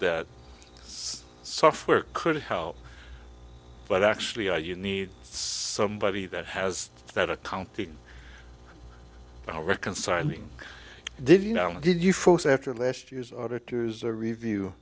that software could help but actually i you need somebody that has that accounting now reconciling did you know did you force after last year's auditors